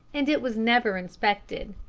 and it was never inspected.